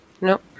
No